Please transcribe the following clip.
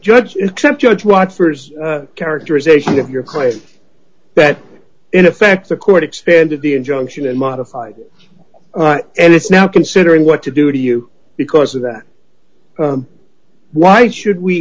judge except judge watchers characterization of your claim that in effect the court extended the injunction and modified and it's now considering what to do to you because of that why should we